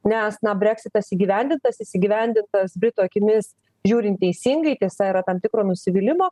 nes na breksitas įgyvendintas jis įgyvendintas britų akimis žiūrint teisingai tiesa yra tam tikro nusivylimo